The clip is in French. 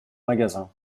magasin